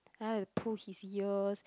I like to pull his ears